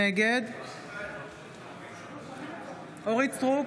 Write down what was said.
נגד אורית מלכה סטרוק,